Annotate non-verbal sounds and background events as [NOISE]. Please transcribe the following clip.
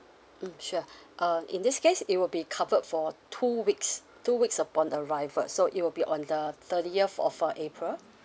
mm sure [BREATH] uh in this case it will be covered for two weeks two weeks upon arrival so it will be on the thirtieth of uh april